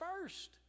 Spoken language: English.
first